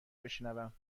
بشنوم